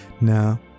Now